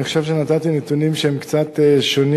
אני חושב שנתתי נתונים שהם קצת שונים